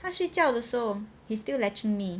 他睡觉的时后 he's still latching me